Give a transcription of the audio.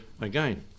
again